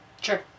Sure